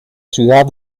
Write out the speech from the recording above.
ciudad